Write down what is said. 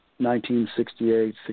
1968